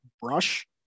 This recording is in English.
brush